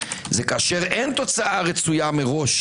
זה כשאין תוצאה רצויה מראש,